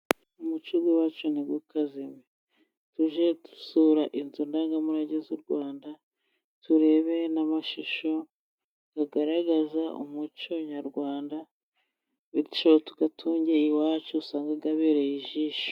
Umuco w'iwacu ntukazime. Tujye dusura inzu ndangamurage z'u Rwanda, turebe n'amashusho agaragaza umuco nyarwanda, bityo tuyatunge iwacu usange abereye ijisho.